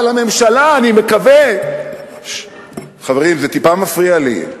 אבל הממשלה, אני מקווה, חברים, זה טיפה מפריע לי,